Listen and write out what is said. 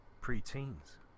pre-teens